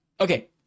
Okay